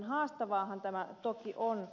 haastavaahan tämä toki on